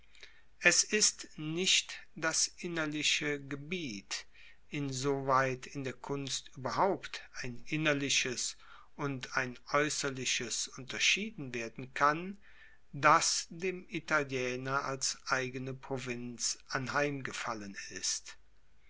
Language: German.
es ist nicht das innerliche gebiet insoweit in der kunst ueberhaupt ein innerliches und ein aeusserliches unterschieden werden kann das dem italiener als eigene provinz anheimgefallen ist